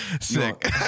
sick